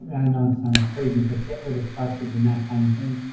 i know it sounds crazy, but get rid of crutches and that kind of thing,